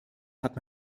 hat